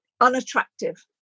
unattractive